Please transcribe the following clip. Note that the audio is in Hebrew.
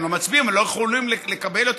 ואם הם לא מצביעים הם לא יכולים לקבל יותר